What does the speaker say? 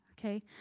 okay